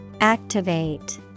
Activate